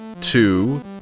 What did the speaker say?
two